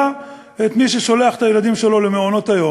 את מי ששולח את הילדים שלו למעונות-היום.